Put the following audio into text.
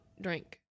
drink